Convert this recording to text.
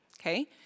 Okay